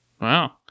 Wow